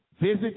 visit